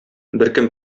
беркем